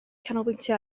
canolbwyntio